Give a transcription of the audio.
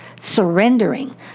surrendering